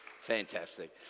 Fantastic